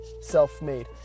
self-made